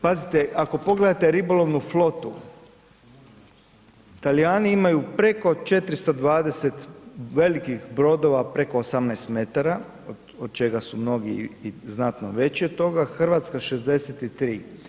Pazite, ako pogledate ribolovnu flotu, Talijani imaju preko 420 velikih brodova preko 18 metara, od čega su mnogi i znatno veći od toga, Hrvatska 63.